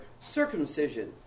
circumcision